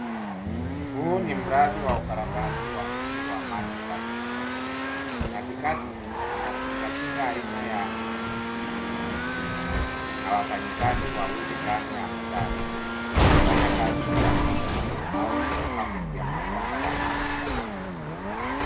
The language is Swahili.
Huu ni mradi wa ukarabati wa mfumo wa maji taka. Katikati kuna tingatinga aina ya JCB na wafanyakazi wawili ndani ya mtaro wakifanya kazi ya kurekebisha au kuweka umbi ya mabomba ya maji taka.